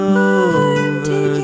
over